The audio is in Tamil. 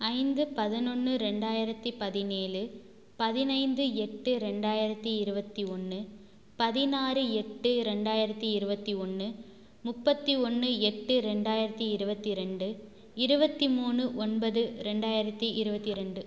ஐந்து பதினொன்னு ரெண்டாயிரத்தி பதினேழு பதினைந்து எட்டு ரெண்டாயிரத்தி இருபத்தி ஒன்று பதினாறு எட்டு ரெண்டாயிரத்தி இருபத்தி ஒன்று முப்பத்தி ஒன்று எட்டு ரெண்டாயிரத்தி இருபத்தி ரெண்டு இருபத்தி மூணு ஒன்பது ரெண்டாயிரத்தி இருபத்தி ரெண்டு